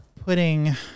putting